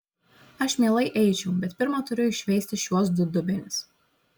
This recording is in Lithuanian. aš mielai eičiau bet pirma turiu iššveisti šiuos du dubenis